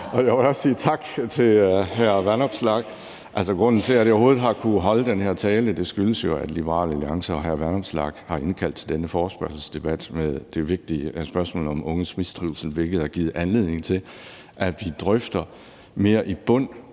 Og jeg vil også sige tak til hr. Alex Vanopslagh. Altså, grunden til, at jeg overhovedet har kunnet holde den her tale, er jo, at Liberal Alliance og hr. Alex Vanopslagh har indkaldt til denne forespørgselsdebat med det vigtige spørgsmål om unges mistrivsel, hvilket har givet anledning til, at vi drøfter det mere i bund.